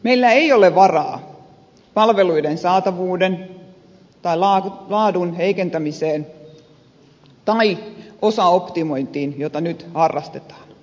meillä ei ole varaa palveluiden saatavuuden tai laadun heikentämiseen tai osaoptimointiin joita nyt harrastetaan